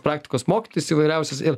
praktikos mokytis įvairiausios ir